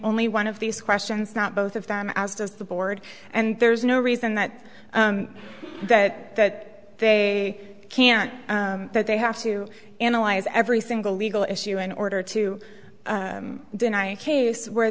only one of these questions not both of them as does the board and there's no reason that that that they can't that they have to analyze every single legal issue in order to deny case where